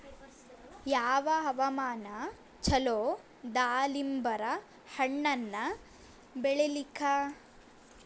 ಯಾವ ಹವಾಮಾನ ಚಲೋ ದಾಲಿಂಬರ ಹಣ್ಣನ್ನ ಬೆಳಿಲಿಕ?